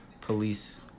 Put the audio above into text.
police